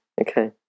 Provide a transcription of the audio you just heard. okay